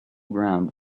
ground